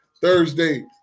Thursday